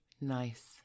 Nice